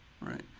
right